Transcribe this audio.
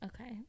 Okay